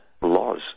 laws